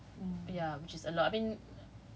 asia and U_S